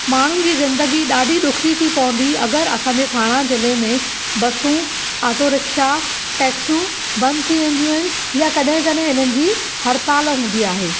माण्हुनि जी ज़िंदगी ॾाढी ॾुखी थी पवंदी अगरि असांजे थाणा ज़िले में बसियूं आटो रिक्शा टैक्सीयूं बंदि थी वेंदियूं आहिनि या कॾहिं कॾहिं हिननि जी हड़ताल हूंदी आहे